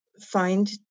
find